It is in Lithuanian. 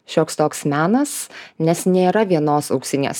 šioks toks menas nes nėra vienos auksinės